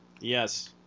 yes